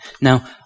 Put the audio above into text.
Now